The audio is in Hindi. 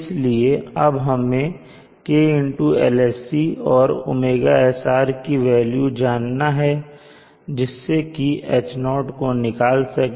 इसलिए अब हमें k Lsc और ωsr की वेल्यू जानना हैं जिससे कि H0 को निकाल सके